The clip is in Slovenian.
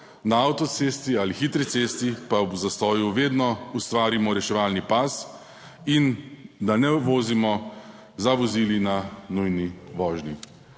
na avtocesti ali hitri cesti, pa ob zastoju vedno ustvarimo reševalni pas in da ne vozimo z vozili na nujni vožnji.